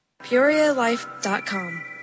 PeoriaLife.com